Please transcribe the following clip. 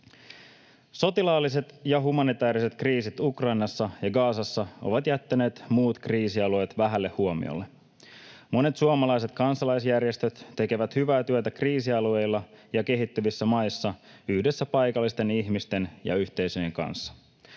Sotilaalliset ja humanitääriset kriisit Ukrainassa ja Gazassa ovat jättäneet muut kriisialueet vähälle huomiolle. Monet suomalaiset kansalaisjärjestöt tekevät hyvää työtä kriisialueilla ja kehittyvissä maissa yhdessä paikallisten ihmisten ja yhteisöjen kanssa.